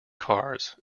cars